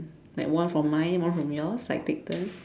like one from mine one from yours like take turns